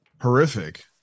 horrific